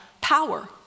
power